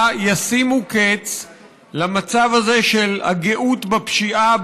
ישימו קץ למצב הזה של הגאות בפשיעה,